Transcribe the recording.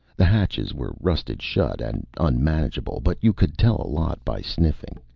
the hatches were rusted shut and unmanageable, but you could tell a lot by sniffing.